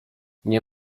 nie